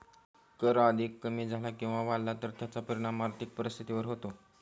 कर अधिक कमी झाला किंवा वाढला तर त्याचा परिणाम आर्थिक परिस्थितीवर होतो